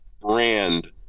brand